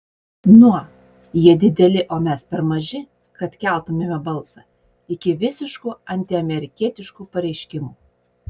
nuo jie dideli o mes per maži kad keltumėme balsą iki visiškų antiamerikietiškų pareiškimų